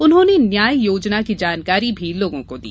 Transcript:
उन्होंने न्याय योजना की जानकारी भी लोगों को दी